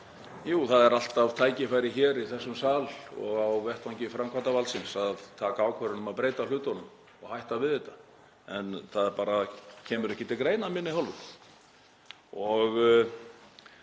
Jú, það eru alltaf tækifæri hér í þessum sal og á vettvangi framkvæmdarvaldsins til að taka ákvörðun um að breyta hlutunum og hætta við þetta, en það kemur bara ekki til greina af minni hálfu. Þetta